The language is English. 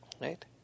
Right